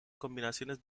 combinaciones